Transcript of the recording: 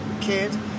kid